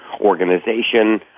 organization